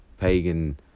pagan